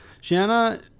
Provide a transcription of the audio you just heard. Shanna